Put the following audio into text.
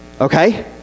Okay